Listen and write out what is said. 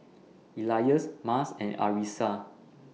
Elyas Mas and Arissa